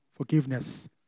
Forgiveness